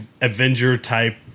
Avenger-type